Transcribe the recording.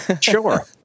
Sure